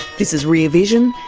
this is rear vision.